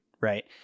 Right